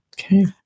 Okay